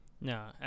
No